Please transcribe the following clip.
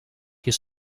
his